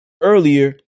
earlier